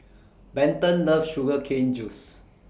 Benton loves Sugar Cane Juice